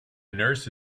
nurse